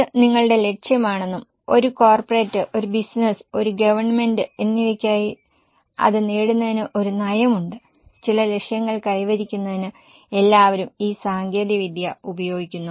ഇത് നിങ്ങളുടെ ലക്ഷ്യമാണെന്നും ഒരു കോർപ്പറേറ്റ് ഒരു ബിസിനസ്സ് ഒരു ഗവൺമെൻറ് എന്നിവയ്ക്കായി അത് നേടുന്നതിന് ഒരു നയമുണ്ട് ചില ലക്ഷ്യങ്ങൾ കൈവരിക്കുന്നതിന് എല്ലാവരും ഈ സാങ്കേതികവിദ്യ ഉപയോഗിക്കുന്നു